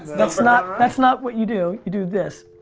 that's not that's not what you do. you do this.